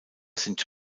sind